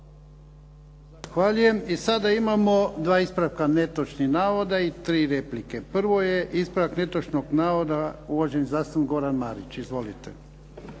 Zahvaljujem. I sada imamo dva ispravka netočnih navoda i tri replike. Prvo je ispravak netočnog navoda uvaženi zastupnik Goran Marić. Izvolite.